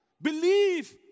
Believe